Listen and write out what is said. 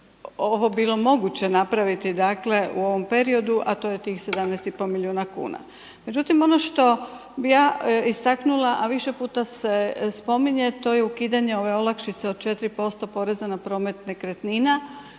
ovo bilo moguće napraviti u ovom periodu, a to je tih 17,5 milijuna kuna. Međutim ono što bih ja istaknula, a više puta se spominje, to je ukidanje ove olakšice od 4% poreza na promet nekretnina